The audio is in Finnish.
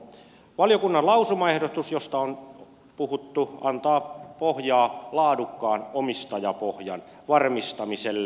valiokunnan lausumaehdotus josta on puhuttu antaa pohjaa laadukkaan omistajapohjan varmistamiselle